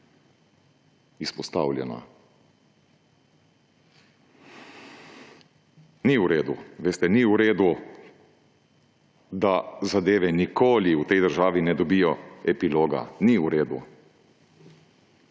izpostavljena. Ni v redu, veste, ni v redu, da zadeve nikoli v tej državi ne dobijo epiloga. Ni v redu.